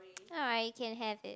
alright can have it